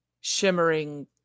shimmering